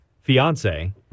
fiance